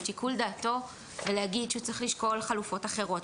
שיקול דעתו ולהגיד שהוא צריך לשקול חלופות אחרות,